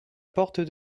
porte